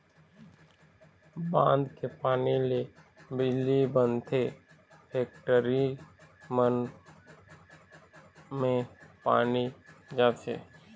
बांध के पानी ले बिजली बनथे, फेकटरी मन म पानी जाथे